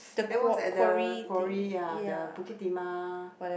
that was at the quarry ya the Bukit Timah